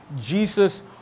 Jesus